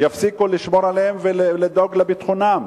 יפסיקו לשמור עליהם ולדאוג לביטחונם?